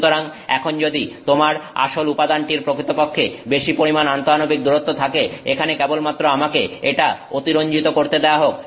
সুতরাং এখন যদি তোমার আসল উপাদানটির প্রকৃতপক্ষে বেশি পরিমাণ আন্তঃআণবিক দূরত্ব থাকে এখানে কেবলমাত্র আমাকে এটা অতিরঞ্জিত করতে দেয়া হোক